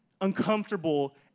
uncomfortable